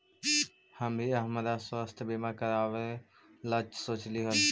हम भी हमरा स्वास्थ्य बीमा करावे ला सोचली हल